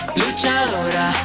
luchadora